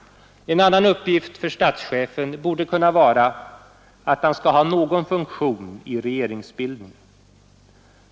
En annan uppgift för statschefen borde kunna vara att han skall ha någon funktion i regeringsbildningen.